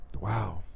Wow